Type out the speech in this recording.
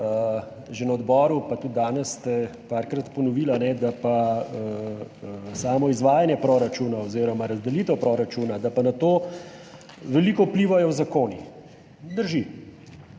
Že na odboru, pa tudi danes, ste parkrat ponovili, da na samo izvajanje proračuna oziroma razdelitev proračuna veliko vplivajo zakoni. Drži.